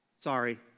sorry